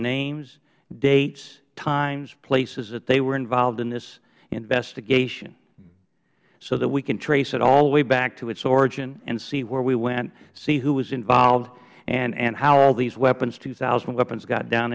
names dates times places that they were involved in this investigation so that we can trace it all the way back to its origin and see where we went see who was involved and how all these weapons two thousand weapons got down